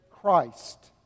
Christ